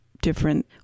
different